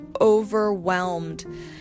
overwhelmed